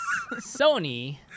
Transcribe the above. Sony